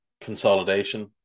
consolidation